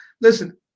Listen